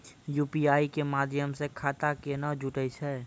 UPI के माध्यम से खाता केना जुटैय छै?